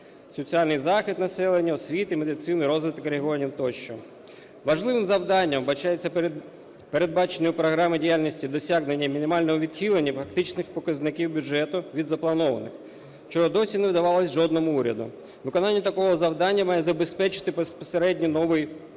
соціальний захист населення, освіту, медицину, розвиток регіонів тощо. Важливим завданням вбачається передбачене програмою діяльності досягнення мінімального відхилення фактичних показників бюджету від запланованих, що досі не вдавалось жодному уряду. Виконанням такого завдання має забезпечити безпосередньо новий уряд